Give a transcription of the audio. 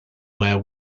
where